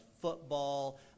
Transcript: football